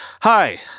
Hi